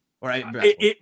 Right